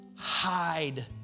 Hide